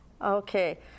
Okay